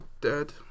dead